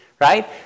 right